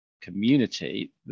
community